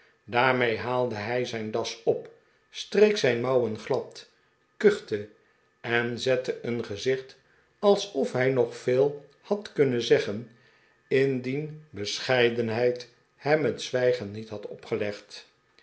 daarmee haalde hij zijn das op streek zijn mouwen glad kuchte en zette een gezicht alsof hij nog veel had kunnen zeggen indien bescheidenheid hem het zwijgen niet had opgelegd